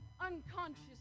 unconscious